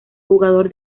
jugador